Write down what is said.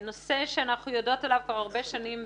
נושא שאנחנו יודעות עליו כבר הרבה שנים.